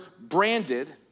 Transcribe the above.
branded